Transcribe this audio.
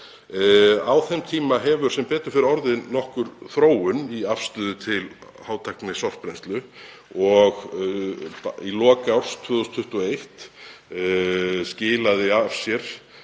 Á þeim tíma hefur sem betur fer orðið nokkur þróun í afstöðu til hátæknisorpbrennslu. Í lok árs 2021 skilaði af sér